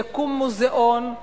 יקום מוזיאון,